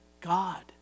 God